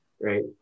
Right